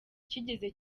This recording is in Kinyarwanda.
cyigeze